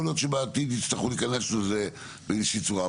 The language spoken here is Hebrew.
יכול להיות שבעתיד יצטרכו להיכנס לזה באיזושהי צורה.